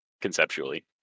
conceptually